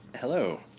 Hello